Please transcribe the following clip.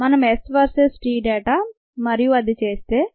మనము S versus t data మరియు అది చేస్తే